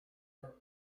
are